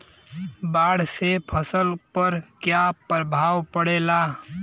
बाढ़ से फसल पर क्या प्रभाव पड़ेला?